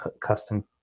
Custom